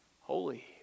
holy